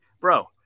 bro